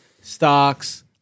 stocks